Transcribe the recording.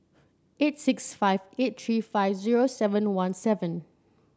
eight six five eight three five zero seven one seven